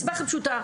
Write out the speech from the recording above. מהסיבה הכי פשוטה,